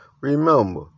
Remember